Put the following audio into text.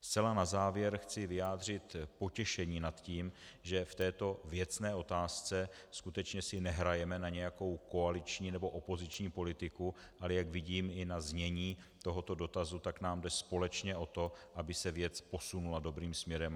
Zcela na závěr chci vyjádřit potěšení nad tím, že v této věcné otázce si skutečně nehrajeme na nějakou koaliční nebo opoziční politiku, ale jak vidím i na znění tohoto dotazu, tak nám jde společně o to, aby se věc posunula dobrým směrem.